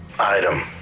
Item